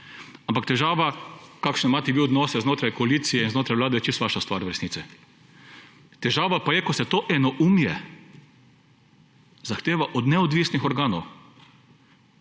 ampak težave kakšne imate vi odnose znotraj koalicije, znotraj Vlade je čisto vaša stvar v resnici. Težava pa je, ko se to enoumje zahteva od neodvisnih organov